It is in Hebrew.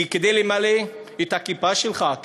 כדי למלא את הקיבה שלך,